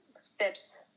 steps